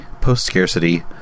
post-scarcity